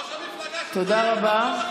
ראש המפלגה שלך, תודה רבה.